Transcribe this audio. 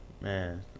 Man